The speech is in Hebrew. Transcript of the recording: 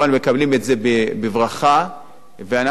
אני לא יודע מי רוצה יותר,